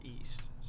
east